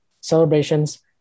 celebrations